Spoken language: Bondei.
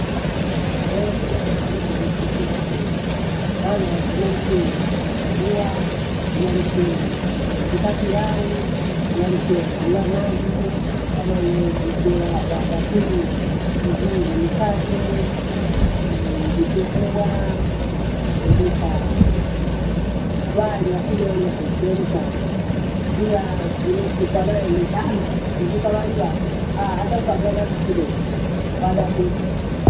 Eeh! kuna tofuti ya mapishi ya mchele. Maana kuna mchele wa vitumbua, kuna mchele waa wembika pilau, kuna mchele wauya nazii, kama huu mchele wa- wa- wapunguza nezini nimipatee. vitumbua, wembikaa wali lakini wali wakuchemtana. Ilaa ila supa nayo ni tana ukembika wali wakwe aah! hata ukagea nazi kidogo wababuka.